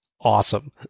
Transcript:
awesome